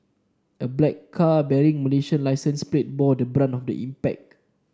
a black car bearing Malaysian licence plate bore the brunt of the impact